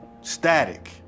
static